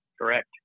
Correct